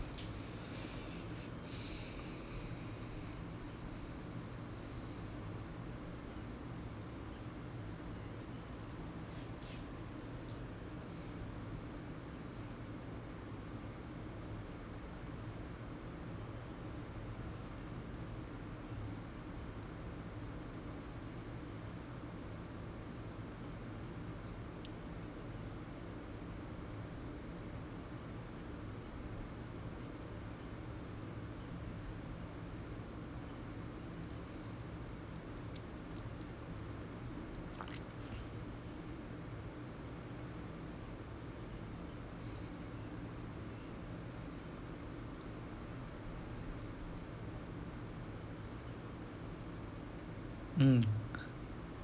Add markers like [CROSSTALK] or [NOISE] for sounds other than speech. [NOISE] mm